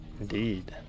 indeed